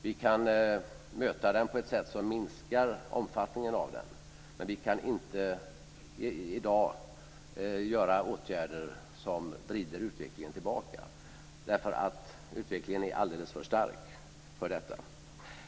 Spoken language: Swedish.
Vi kan möta den på ett sätt som minskar omfattningen av den, men vi kan inte i dag vidta åtgärder som vrider utvecklingen tillbaka. Utvecklingen är alldeles för stark för detta.